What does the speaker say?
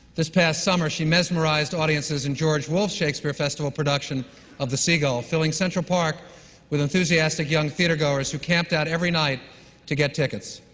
this past summer, she mesmerized audiences in george wolfe's shakespeare festival production of the seagull, filling central park with enthusiastic young theatregoers, who camped out every night to get tickets.